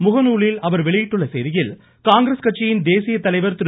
முகநூலில் அவர் பதிவிட்ட செய்தியில் காங்கிரஸ் கட்சியின் தேசிய தலைவர் திரு